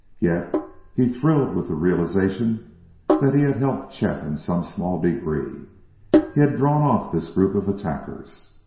yet he thrilled with the realization that he had helped chet in some small degree he had drawn off this group of attackers.